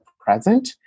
present